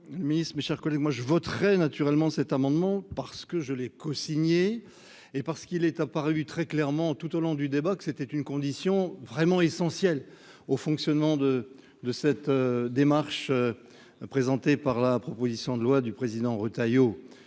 Monsieur le Ministre, mes chers collègues, moi je voterai naturellement cet amendement parce que je l'ai cosigné et parce qu'il est apparu très clairement tout au long du débat que c'était une condition vraiment essentiels au fonctionnement de de cette démarche, présenté par la proposition de loi du président Retailleau